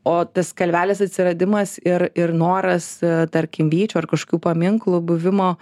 o tas kalvelės atsiradimas ir ir noras tarkim vyčio ar kažkokių paminklų buvimo